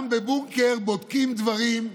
גם בבונקר בודקים דברים,